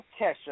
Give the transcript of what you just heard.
Kesha